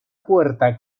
puerta